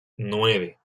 nueve